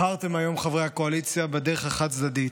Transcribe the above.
בחרתם היום, חברי הקואליציה, בדרך חד-צדדית.